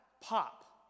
pop